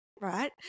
right